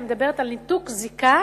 היא מדברת על ניתוק זיקה